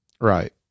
Right